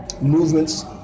movements